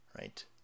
right